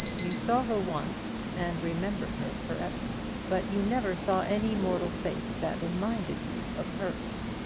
you saw her once, and remembered her for ever but you never saw any mortal face that reminded you of hers.